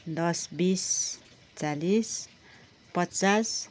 दस बिस चालिस पचास